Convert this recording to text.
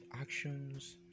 actions